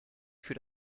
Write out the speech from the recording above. für